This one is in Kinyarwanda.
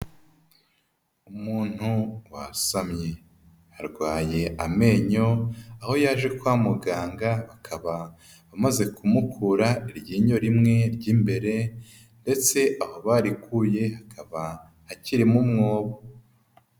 Umuntu wasamye arwaye amenyo, aho yaje kwa muganga bakaba bamaze kumukura iryinyo rimwe ry'imbere ndetse aho barikuye hakaba hakirimo umwobo.